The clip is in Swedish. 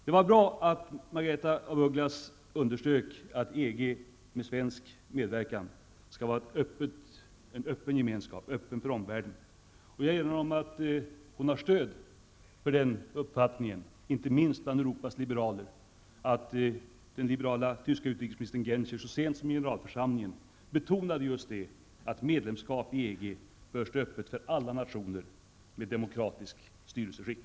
Det var bra att Margaretha af Ugglas underströk att EG med svensk medverkan skall vara en öppen gemenskap, öppen för omvärlden. Jag erinrar om att hon har stöd för den uppfattningen, inte minst bland Europas liberaler. Den liberala tyska utrikesministern Genscher betonade så sent som under generalförsamlingen att medlemskap i EG bör stå öppet för alla nationer med demokratiskt styrelseskick.